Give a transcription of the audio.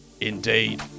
indeed